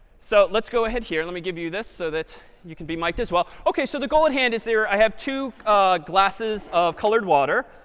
so let's go ahead here. let me give you this so that you can be mic'd as well. ok, so the goal at hand is here, i have two glasses of colored water.